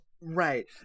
Right